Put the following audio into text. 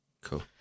Cool